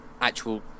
actual